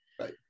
Right